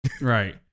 Right